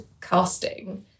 casting